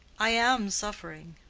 i am suffering.